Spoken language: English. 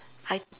I